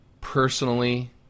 personally